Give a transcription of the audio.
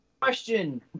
question